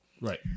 Right